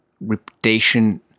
reputation